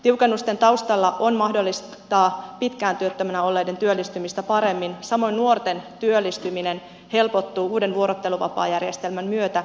tiukennusten taustalla on mahdollistaa pitkään työttömänä olleiden työllistymistä paremmin samoin nuorten työllistyminen helpottuu uuden vuorotteluvapaajärjestelmän myötä